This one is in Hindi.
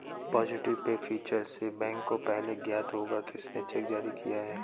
पॉजिटिव पे फीचर से बैंक को पहले ज्ञात होगा किसने चेक जारी किया है